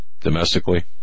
Domestically